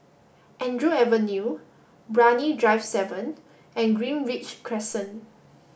Andrew Avenue Brani Drive seven and Greenridge Crescent